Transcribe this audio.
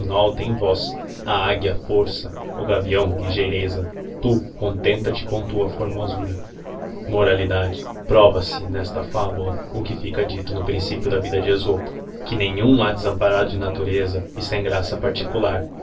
tem voz a águia força o gavião ligeireza tu contenta-te cora tua formosura prova se nesta fabula o que fica dito no principio da vida de esopo que neniium lia desamparado de natureza e sem graça particular